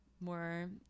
more